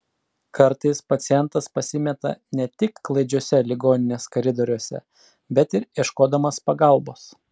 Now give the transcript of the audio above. kartais pacientas pasimeta ne tik klaidžiuose ligoninės koridoriuose bet ir ieškodamas pagalbos